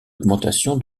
augmentation